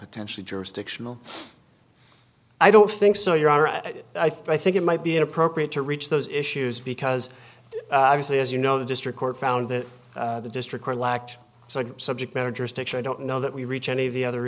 potentially jurisdictional i don't think so your honor i think it might be appropriate to reach those issues because obviously as you know the district court found that the district or lacked subject matter jurisdiction i don't know that we reach any of the other